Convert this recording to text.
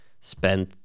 spend